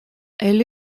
elle